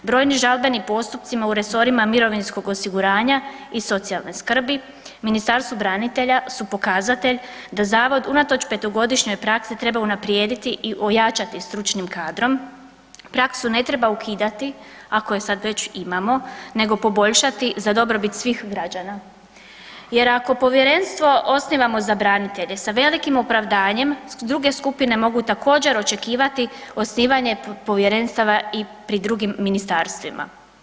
Brojni žalbeni postupci u resorima mirovinskoga osiguranja i socijalne skrbi Ministarstvu branitelja su pokazatelj da zavod unatoč petogodišnjoj praksi treba unaprijediti i ojačati stručnim kadrom, praksu ne trena ukidati ako je sad već imamo nego poboljšati za dobrobit svih građana jer ako povjerenstvo osnivamo za branitelje sa velikim opravdanjem druge skupine mogu također očekivati osnivanje povjerenstava i pri drugim ministarstvima.